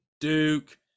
Duke